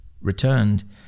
returned